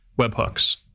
webhooks